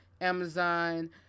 amazon